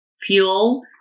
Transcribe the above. fuel